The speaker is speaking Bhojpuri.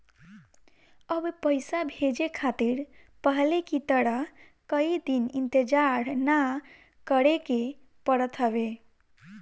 अब पइसा भेजे खातिर पहले की तरह कई दिन इंतजार ना करेके पड़त हवे